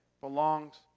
belongs